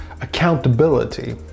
accountability